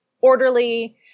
orderly